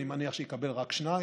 אני מניח שיקבל רק שניים,